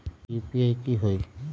UPI की होई?